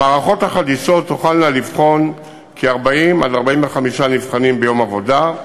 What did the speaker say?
המערכות החדישות תוכלנה לבחון 40 45 נבחנים ביום עבודה.